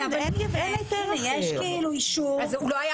איך הוא קיבל אישור אם הוא לא היה